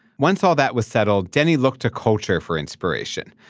once all that was settled, danni looked to culture for inspiration.